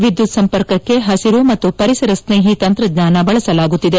ವಿದ್ಯುತ್ ಸಂಪರ್ಕಕ್ಕೆ ಹಸಿರು ಮತ್ತು ಪರಿಸರ ಸ್ತೇಹಿ ತಂತ್ರಜ್ಞಾನ ಬಳಸಲಾಗುತ್ತಿದೆ